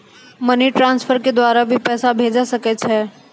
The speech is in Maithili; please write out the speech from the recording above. मनी ट्रांसफर के द्वारा भी पैसा भेजै सकै छौ?